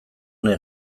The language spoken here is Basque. nahi